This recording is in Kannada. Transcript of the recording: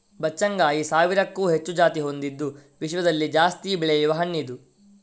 ಬಚ್ಚಗಾಂಯಿ ಸಾವಿರಕ್ಕೂ ಹೆಚ್ಚು ಜಾತಿ ಹೊಂದಿದ್ದು ವಿಶ್ವದಲ್ಲಿ ಜಾಸ್ತಿ ಬೆಳೆಯುವ ಹಣ್ಣಿದು